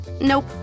Nope